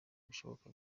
ibishoboka